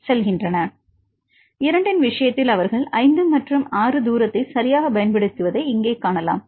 2 இன் விஷயத்தில் அவர்கள் 5 மற்றும் 6 தூரத்தை சரியாகப் பயன்படுத்துவதை இங்கே காணலாம்